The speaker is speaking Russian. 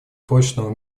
прочного